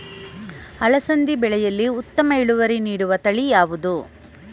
ಅಲಸಂದಿ ಬೆಳೆಯಲ್ಲಿ ಉತ್ತಮ ಇಳುವರಿ ನೀಡುವ ತಳಿ ಯಾವುದು?